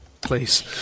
Please